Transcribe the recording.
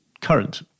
current